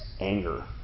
anger